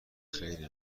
خیلی